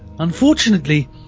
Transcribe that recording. Unfortunately